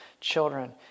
children